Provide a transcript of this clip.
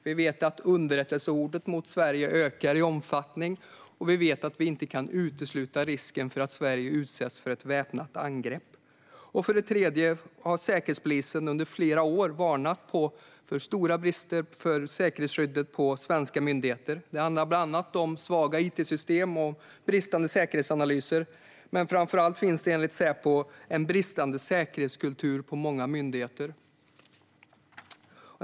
Vi vet att underrättelsehotet mot Sverige ökar i omfattning, och vi vet att vi inte kan utesluta risken för att Sverige utsätts för ett väpnat angrepp. För det tredje har Säkerhetspolisen under flera år varnat för att det finns stora brister i säkerhetsskyddet på svenska myndigheter. Det handlar bland annat om svaga it-system och bristande säkerhetsanalyser. Men framför allt finns det enligt Säpo en bristande säkerhetskultur på många myndigheter.